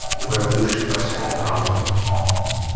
the revolution of arseny avraamov.